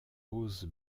rose